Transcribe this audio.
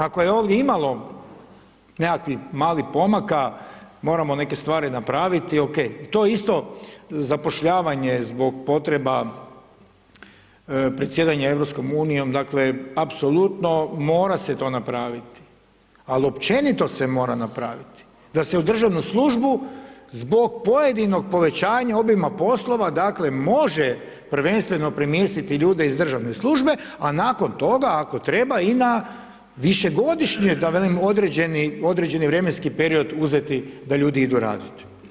Ako je ovdje imalo nekakvih malih pomaka, moramo neke stvari napraviti, ok, to je isto zapošljavanje zbog potreba predsjedanja EU-om, dakle apsolutno mora se to napraviti ali općenito se mora napraviti da se u državnu službu zbog pojedinog povećanja obima poslova dakle može prvenstveno premjestiti ljude iz državne službe a nakon toga ako treba i na višegodišnje da velim određeni vremenski period uzeti da ljudi idu raditi.